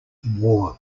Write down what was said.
war